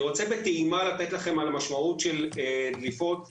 אני רוצה בטעימה לתת לכם על המשמעות של דליפות נפט.